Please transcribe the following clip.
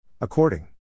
According